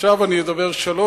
עכשיו אני אדבר שלוש,